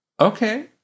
Okay